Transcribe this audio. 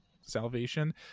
salvation